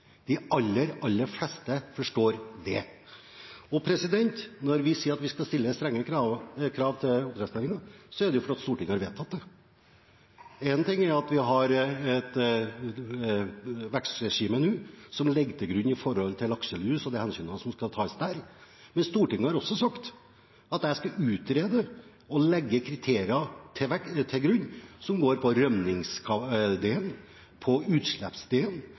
De aller, aller fleste forstår det. Og når vi sier at vi skal stille strenge krav til oppdrettsnæringen, er det fordi Stortinget har vedtatt det. Én ting er at vi har et vekstregime nå som legges til grunn når det gjelder lakselus, og de hensynene som skal tas der, men Stortinget har også sagt at jeg skal utrede og legge kriterier til grunn som går på rømningsdelen, på